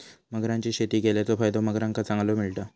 मगरांची शेती केल्याचो फायदो मगरांका चांगलो मिळता